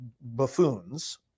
buffoons